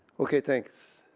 okay, thanks.